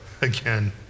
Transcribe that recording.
again